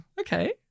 okay